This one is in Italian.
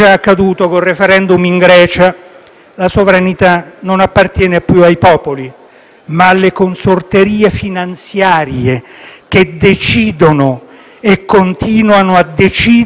la sovranità non appartiene più ai popoli ma alle consorterie finanziarie che decidono e continuano a decidere sui destini del mondo